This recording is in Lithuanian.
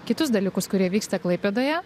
kitus dalykus kurie vyksta klaipėdoje